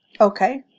Okay